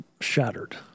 shattered